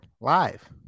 live